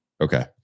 Okay